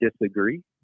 disagree